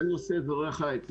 זה לנושא אזורי החיץ.